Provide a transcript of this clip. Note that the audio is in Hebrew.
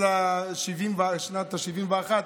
של שנת ה-71,